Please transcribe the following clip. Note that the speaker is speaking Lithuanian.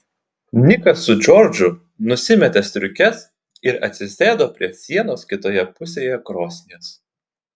nikas su džordžu nusimetė striukes ir atsisėdo prie sienos kitoje pusėje krosnies